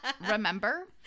Remember